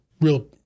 real